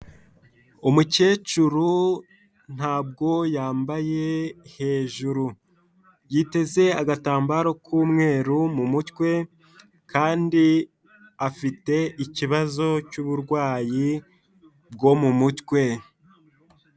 Umukecuru ntabwo yambaye hejuru, yiteze agatambaro k'umweru mu mutwe kandi afite ikibazo cy'uburwayi bwo mu mutwe.